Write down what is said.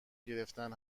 گرفتن